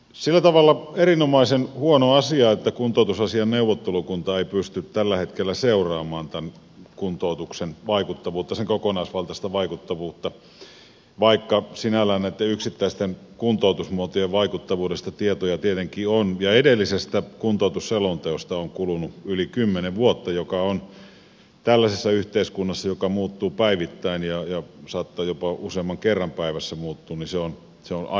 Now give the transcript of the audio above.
sillä tavalla erinomaisen huono asia on että kuntoutusasiain neuvottelukunta ei pysty tällä hetkellä seuraamaan kuntoutuksen vaikuttavuutta sen kokonaisvaltaista vaikuttavuutta vaikka sinällään näitten yksittäisten kuntoutusmuotojen vaikuttavuudesta tietoja tietenkin on ja edellisestä kuntoutusselonteosta on kulunut yli kymmenen vuotta mikä on tällaisessa yhteiskunnassa joka muuttuu päivittäin ja saattaa jopa useamman kerran päivässä muuttua aivan liian pitkä aika